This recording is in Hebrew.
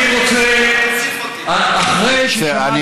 תוסיף אותי.